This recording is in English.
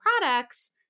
products